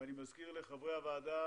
אני מזכיר לחברי הוועדה,